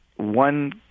One